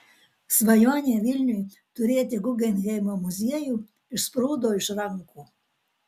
svajonė vilniui turėti guggenheimo muziejų išsprūdo iš rankų